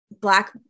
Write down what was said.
Black